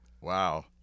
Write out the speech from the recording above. Wow